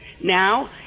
Now